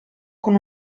con